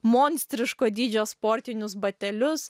monstriško dydžio sportinius batelius